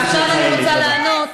ועכשיו אני רוצה לענות